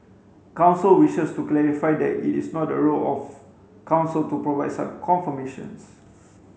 council wishes to clarify that it is not the role of council to provide such confirmations